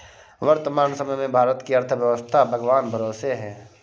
वर्तमान समय में भारत की अर्थव्यस्था भगवान भरोसे है